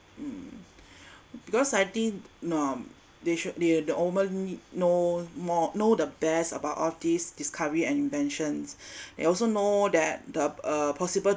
um because I think um they should they the know more know the best about all these discovery and inventions they also know that the uh possible